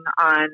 on